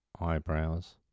eyebrows